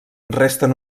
resten